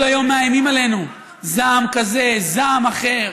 כל היום מאיימים עלינו: זעם כזה, זעם אחר,